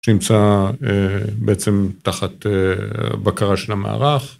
שנמצא בעצם תחת הבקרה של המערך.